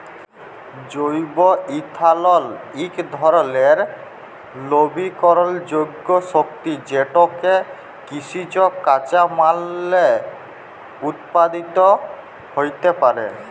জৈব ইথালল ইক ধরলের লবিকরলযোগ্য শক্তি যেটকে কিসিজ কাঁচামাললে উৎপাদিত হ্যইতে পারে